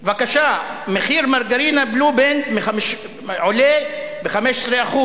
בבקשה: מחיר מרגרינה "בלו בנד" עולה ב-15%,